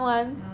ya